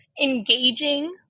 engaging